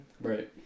Right